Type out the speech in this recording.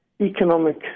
economic